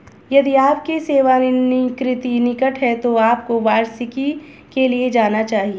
यदि आपकी सेवानिवृत्ति निकट है तो आपको वार्षिकी के लिए जाना चाहिए